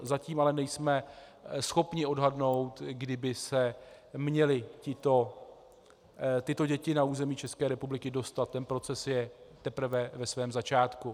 Zatím ale nejsme schopni odhadnout, kdy by se měly tyto děti na území České republiky dostat, ten proces je teprve ve svém začátku.